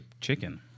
chicken